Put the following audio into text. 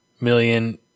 million